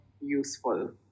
useful